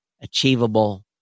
achievable